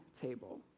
table